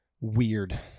weird